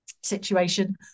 situation